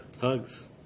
Hugs